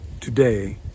Today